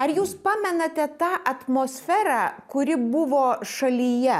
ar jūs pamenate tą atmosferą kuri buvo šalyje